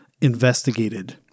investigated